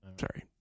sorry